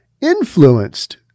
influenced